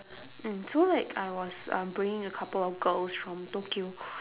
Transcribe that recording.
mm so like I was um bringing a couple of girls from tokyo